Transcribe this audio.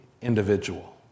individual